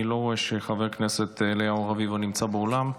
אני לא רואה שחבר הכנסת אליהו רביבו נמצא באולם.